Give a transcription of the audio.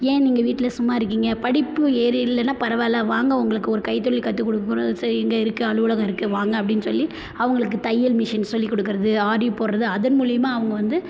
ஏன் நீங்கள் வீட்டில் சும்மா இருக்கீங்க படிப்பு ஏறலேன்னா பரவாயில்ல வாங்க உங்களுக்கு ஒரு கை தொழில் கத்து கொடுக்குறோம் சரி இங்கே இருக்குது அலுவலகம் இருக்குது வாங்க அப்படின்னு சொல்லி அவங்களுக்கு தையல் மெஷின் சொல்லி கொடுக்கறது ஆரி போடுறது அதன் மூலிமா அவங்க வந்து